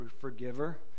forgiver